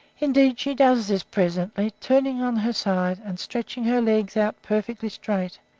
indeed, she does this presently, turning on her side, and stretching her legs out perfectly straight,